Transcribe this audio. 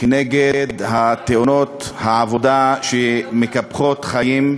נגד תאונות העבודה שמקפחות חיים.